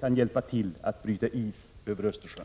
kan hjälpa till att bryta is över Östersjön!